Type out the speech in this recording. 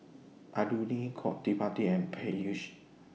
Alluri Gottipati and Peyush